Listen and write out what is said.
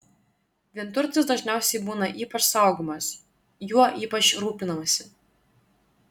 vienturtis dažniausiai būna ypač saugomas juo ypač rūpinamasi